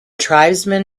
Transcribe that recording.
tribesmen